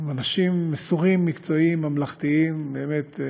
הם אנשים מסורים, מקצועיים, ממלכתיים, באמת,